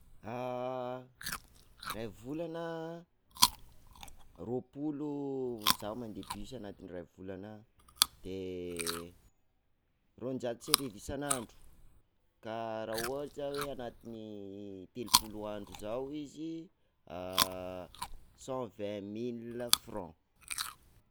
Ray volana, roapolo zaho mande bus anatin'ny iray volana, de roanjato sy arivo isan'andro, ka raha ohatra hoe anatin'ny telopolo andro zao izy de cent vingt mille franc.